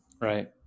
right